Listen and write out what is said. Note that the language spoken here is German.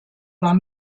war